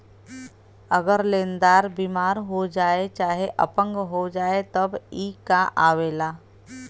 अगर लेन्दार बिमार हो जाए चाहे अपंग हो जाए तब ई कां आवेला